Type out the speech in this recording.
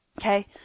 Okay